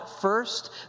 first